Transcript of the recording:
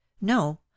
no